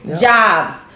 Jobs